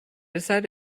decided